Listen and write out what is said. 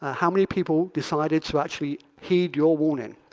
ah how many people decided to actually heed your warning.